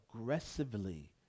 aggressively